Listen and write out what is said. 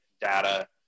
data